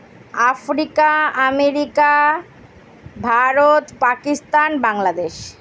Africa America Bharat Pakistan Bangladesh